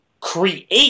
create